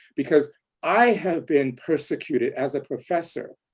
because i have been persecuted as a professor.